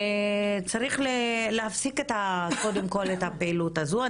קודם כל צריך להפסיק את הפעילות הזו.